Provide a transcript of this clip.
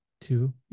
two